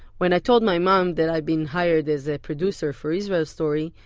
when i told my mom that i'd been hired as a producer for israel story,